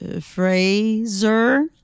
Fraser